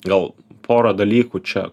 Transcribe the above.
gal porą dalykų čia